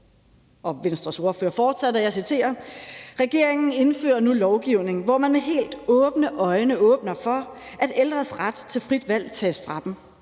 Venstres ordfører fortsætter: »Regeringen indfører nu lovgivning, hvor man med helt åbne øjne åbner for, at ældres ret til frit valg tages fra dem,